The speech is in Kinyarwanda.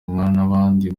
n’abandi